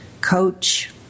coach